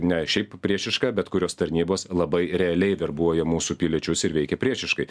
ne šiaip priešišką bet kurios tarnybos labai realiai verbuoja mūsų piliečius ir veikia priešiškai